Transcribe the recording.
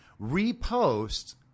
repost